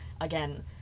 again